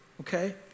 okay